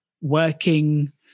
working